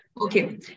Okay